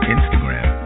Instagram